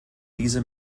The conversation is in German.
diese